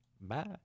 Bye